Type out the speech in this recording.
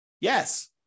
Yes